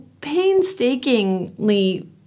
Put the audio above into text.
painstakingly